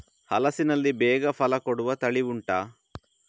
ಹಲಸಿನಲ್ಲಿ ಬೇಗ ಫಲ ಕೊಡುವ ತಳಿ ಉಂಟಾ